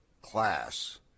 class